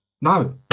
No